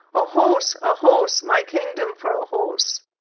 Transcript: a horse! a horse! my kingdom for a horse!